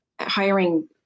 hiring